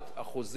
נומינלית.